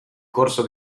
corso